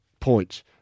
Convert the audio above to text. points